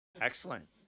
Excellent